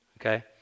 Okay